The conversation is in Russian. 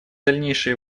дальнейшие